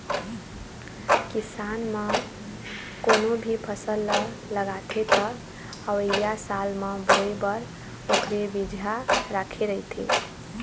किसान मन कोनो भी फसल ल लगाथे त अवइया साल म बोए बर ओखरे बिजहा राखे रहिथे